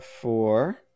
four